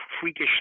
freakish